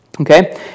okay